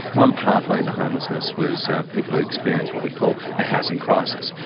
one pathway into homelessness was people who experienced what we call a housing crises.